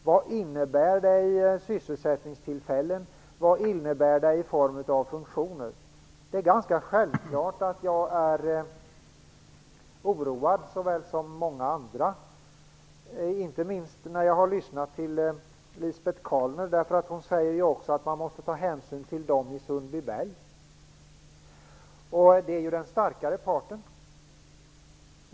Vad innebär det i sysselsättningstillfällen och i form av funktioner? Det är ganska självklart att jag liksom många andra är oroad. Det gäller inte minst efter det att jag har lyssnat till Lisbet Calner. Hon säger att man också måste ta hänsyn till invånarna i Sundbyberg, och Sundbyberg är ju den starkare parten.